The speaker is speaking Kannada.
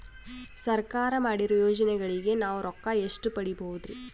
ಸರ್ಕಾರ ಮಾಡಿರೋ ಯೋಜನೆಗಳಿಗೆ ನಾವು ರೊಕ್ಕ ಎಷ್ಟು ಪಡೀಬಹುದುರಿ?